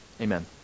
Amen